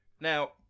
Now